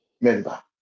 member